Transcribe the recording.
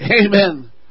amen